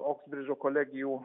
oksbridžo kolegijų